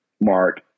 mark